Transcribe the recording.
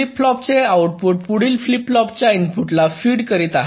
flip फ्लॉपचे output पुढील flip फ्लॉपच्या इनपुटला फीड करीत आहे